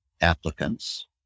applicants